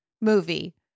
movie